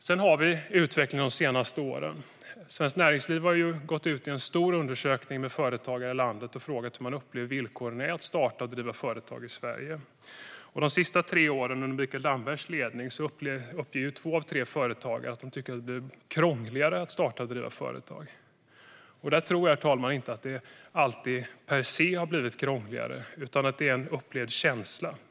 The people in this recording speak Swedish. När det gäller utvecklingen de senaste åren har Svenskt Näringsliv gjort en stor undersökning bland företagare i landet och frågat hur de upplever villkoren för att starta och driva företag i Sverige. De senaste tre åren under Mikael Dambergs ledning upplever två av tre företagare att det blivit krångligare att starta och driva företag. Jag tror inte, herr talman, att det alltid per se har blivit krångligare utan att det rör sig om en upplevd känsla.